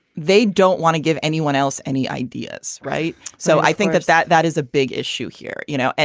they don't want to give anyone else any ideas. right. so i think that's that that is a big issue here you know,